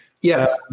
Yes